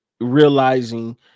realizing